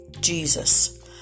Jesus